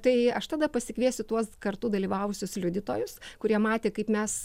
tai aš tada pasikviesiu tuos kartu dalyvavusius liudytojus kurie matė kaip mes